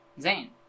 Zane